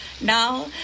Now